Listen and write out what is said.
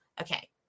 Okay